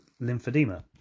lymphedema